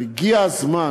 הגיע הזמן